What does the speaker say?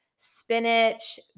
spinach